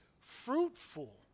fruitful